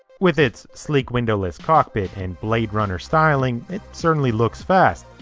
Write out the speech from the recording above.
with its sleek windowless cockpit and blade runner styling, it certainly looks fast.